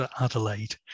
Adelaide